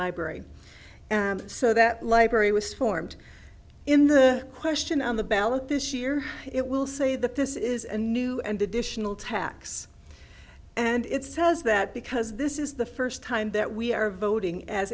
library so that library was formed in the question on the ballot this year it will say that this is a new and additional tax and it says that because this is the first time that we are voting as